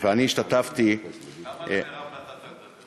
ואני השתתפתי, למה למרב נתת לדבר?